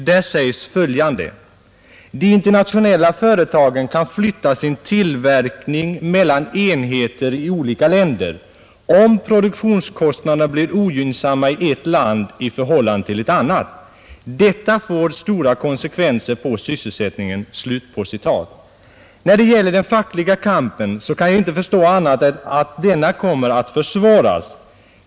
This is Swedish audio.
Där sägs följande: ”De internationella företagen kan flytta sin tillverkning mellan enheter i olika länder, om produktionskostnaderna blir ogynnsamma i ett land i förhållande till ett annat. Detta får stora konsekvenser på sysselsättningen.” När det gäller den fackliga kampen kan jag inte förstå annat än att denna kommer att försvåras.